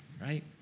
Right